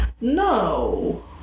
No